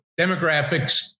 demographics